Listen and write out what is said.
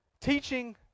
Teaching